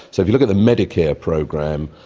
so if you look at the medicare program,